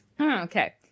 Okay